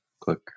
click